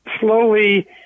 slowly